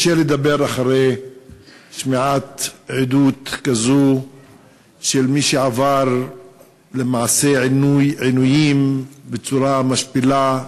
קשה לדבר אחרי שמיעת עדות כזאת של מי שעבר עינויים בצורה משפילה,